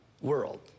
world